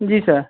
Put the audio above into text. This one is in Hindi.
जी सर